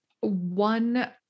one